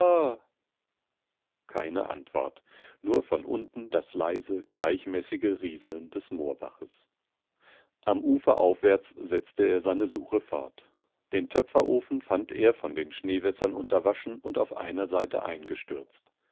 keine antwort nur von unten das leise gleichmäßige rieseln des moorbaches am ufer aufwärts setzte er seine suche fort den töpferofen fand er von den schneewässern unterwaschen und auf einer seite eingestürzt